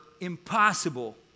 impossible